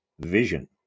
vision